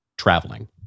traveling